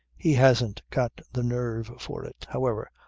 he hasn't got the nerve for it. however,